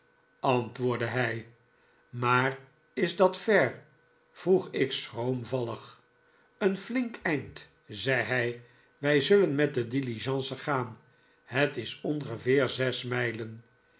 antwoordde hij maar is dat ver vroeg ik schroomvallig een flink eind zei hij wij zullen met de diligence gaan het is ongeveer zes mijlen